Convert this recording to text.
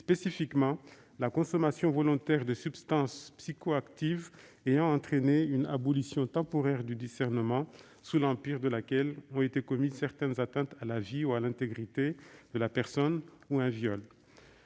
spécifiquement la consommation volontaire de substances psychoactives ayant entraîné une abolition temporaire du discernement sous l'empire de laquelle ont été commises certaines atteintes à la vie ou à l'intégrité de la personne, de même